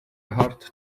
hard